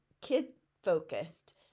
kid-focused